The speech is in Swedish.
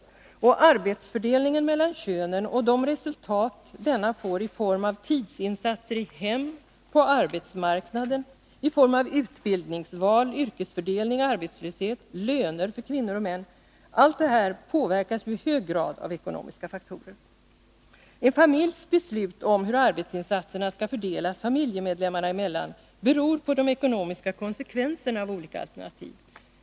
Och arbetsfördelningen mellan könen och de resultat denna får i form av tidsinsatser i hem och på arbetsmarknad i form av utbildningsval, yrkesfördelning, arbetslöshet och löner för kvinnor och män — allt detta påverkas ju i hög grad av ekonomiska faktorer. En familjs beslut om hur arbetsinsatserna skall fördelas familjemedlemmarna emellan beror på de ekonomiska konsekvenserna av olika alternativ.